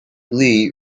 lee